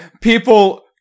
People